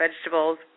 vegetables